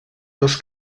dos